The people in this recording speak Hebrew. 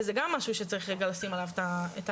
וזה גם משהו שצריך רגע לשים עליו את הזרקור.